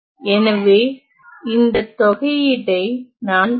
எனவே இந்த தொகையீட்டை நான் பரிசீலிக்கப் போகிறேன்